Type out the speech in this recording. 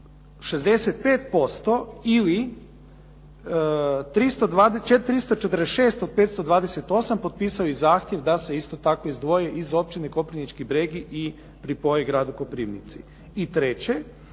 65% ili 345 od 528 potpisali zahtjeva da se isto izdvoje iz općine Koprivnički Bregi i pripoje gradu Koprivnici. I treće,